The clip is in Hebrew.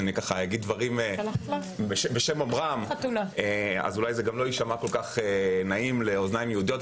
אז אני אגיד דברים שאולי לא יישמעו נעים לאוזניים יהודיות,